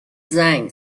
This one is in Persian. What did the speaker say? زنگ